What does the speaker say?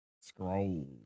scroll